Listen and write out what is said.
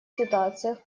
ситуациях